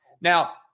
Now